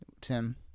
Tim